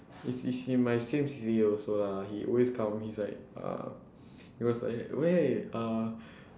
he's he's also in my same C_C_A also lah he always come he's like uh he was like wait uh